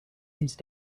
these